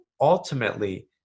ultimately